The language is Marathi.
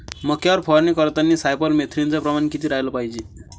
मक्यावर फवारनी करतांनी सायफर मेथ्रीनचं प्रमान किती रायलं पायजे?